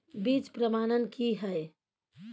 बीज प्रमाणन की हैय?